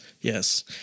Yes